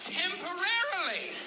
temporarily